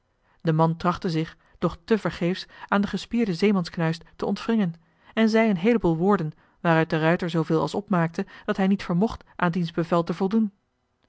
de man trachtte zich doch te vergeefs aan de gespierde zeemansknuist te ontwringen en zei een heeleboel woorden waaruit de ruijter zooveel als opmaakte dat hij niet vermocht aan diens bevel te voldoen